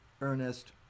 Ernest